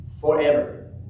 forever